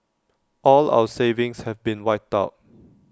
all our savings have been wiped out